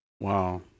Wow